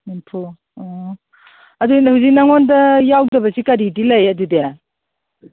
ꯅꯦꯝꯐꯨ ꯑꯣ ꯑꯗꯨꯗꯤ ꯍꯧꯖꯤꯛ ꯅꯪꯉꯣꯟꯗ ꯌꯥꯎꯗꯕꯁꯤ ꯀꯔꯤꯗꯤ ꯂꯩ ꯑꯗꯨꯗꯤ ꯑꯁ